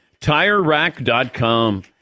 TireRack.com